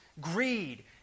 greed